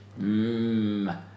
Mmm